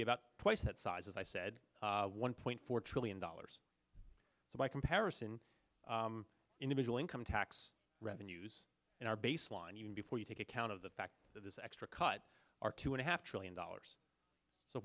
be about twice that size as i said one point four trillion dollars so by comparison individual income tax revenues and our baseline even before you take account of the fact that this extra cut are two and a half trillion dollars so